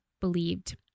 believed